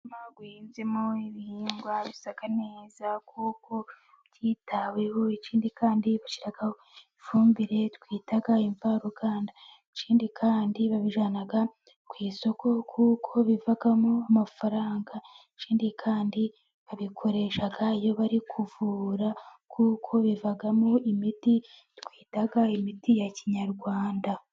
Umurima uhinzemo ibihingwa bisa neza kuko byitaweho. Ikindi kandi bashyiraho ifumbire twita imvaruganda. Ikindi kandi babijyana ku isoko kuko bivamo amafaranga. Ikindi kandi babikoresha iyo bari kuvura kuko bivamo imiti, twita imiti ya kinyarwanda.